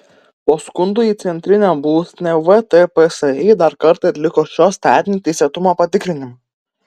po skundų į centrinę būstinę vtpsi dar kartą atliko šio statinio teisėtumo patikrinimą